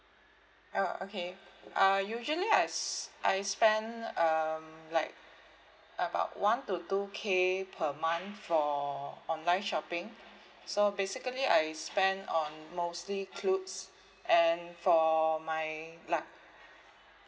oh okay uh usually I s~ I spent um like about one to two K per month for online shopping so basically I spend on mostly clothes and for my like